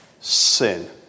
sin